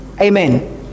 Amen